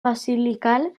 basilical